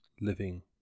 living